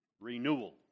renewal